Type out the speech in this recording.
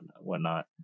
whatnot